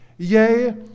Yea